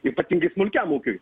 ypatingai smulkiam ūkiui